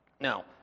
Now